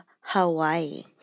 Hawaii